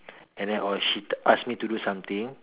and then or she ask me to do something